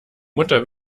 mutter